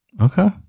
Okay